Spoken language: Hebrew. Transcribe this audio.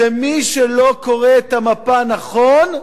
שמי שלא קורא את המפה נכון,